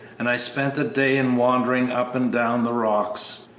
and i spent the day in wandering up and down the rocks.